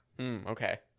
Okay